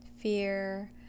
fear